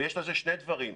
ויש לזה שני דברים.